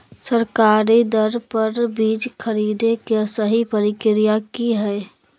सरकारी दर पर बीज खरीदें के सही प्रक्रिया की हय?